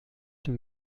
dem